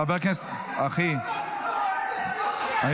שש דקות ועשר שניות --- אחי,